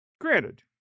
Granted